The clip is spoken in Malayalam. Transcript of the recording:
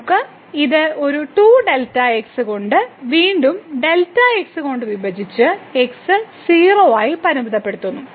നമുക്ക് ഇത് ഒരു 2Δx കൊണ്ട് വീണ്ടും Δx കൊണ്ട് വിഭജിച്ച് x 0 ആയി പരിമിതപ്പെടുത്തുന്നു